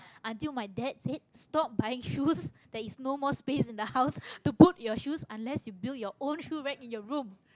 until my dad said stop buying shoes there is no more space in the house to put your shoes unless you build your own shoe rack in your room